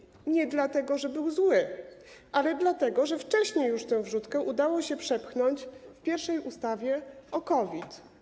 Zrobiona tak nie dlatego, że był zły, ale dlatego, że wcześniej już tę wrzutkę udało się przepchnąć w pierwszej ustawie o COVID.